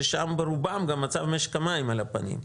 ששם ברובם גם מצב משק המים על הפנים.